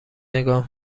نگاه